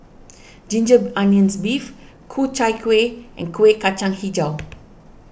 Ginger Onions Beef Ku Chai Kuih and Kueh Kacang HiJau